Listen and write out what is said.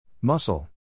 Muscle